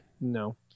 No